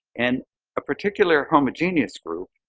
and a particular homogeneous group,